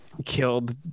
killed